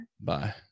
Bye